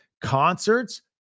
concerts